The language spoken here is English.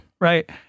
Right